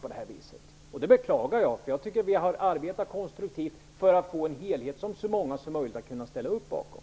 Jag beklagar detta, därför att jag tycker att vi har arbetat konstruktivt för att uppnå en helhet som så många som möjligt har kunnat ställa upp bakom.